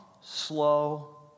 slow